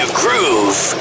groove